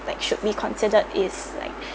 like should be considered is like